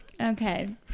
Okay